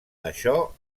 això